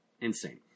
insane